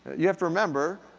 you have to remember,